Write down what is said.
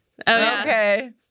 Okay